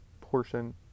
portion